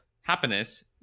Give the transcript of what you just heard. happiness